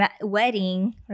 wedding